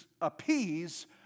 appease